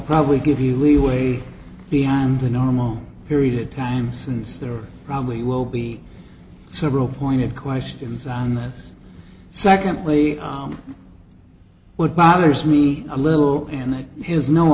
probably give you leave way beyond the normal period of time since there probably will be several pointed questions on the us secondly what bothers me a little and i has no